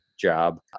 job